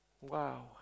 Wow